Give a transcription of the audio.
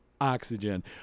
oxygen